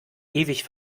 ewig